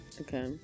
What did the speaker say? Okay